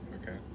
okay